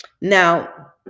now